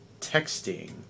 texting